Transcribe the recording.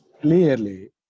clearly